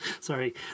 sorry